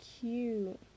Cute